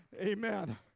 Amen